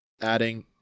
adding